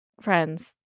friends